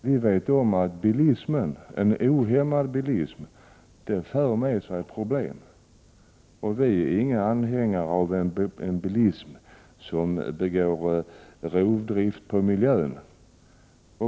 Vi vet om att en ohämmad bilism för med sig problem. Vi är inga anhängare av en bilism som utövar rovdrift på miljön.